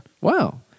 Wow